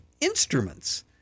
instruments